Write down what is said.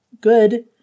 good